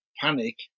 panic